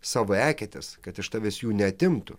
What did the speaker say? savo eketes kad iš tavęs jų neatimtų